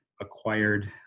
acquired